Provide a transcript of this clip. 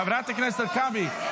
חברת הכנסת הרכבי?